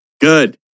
Good